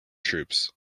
troops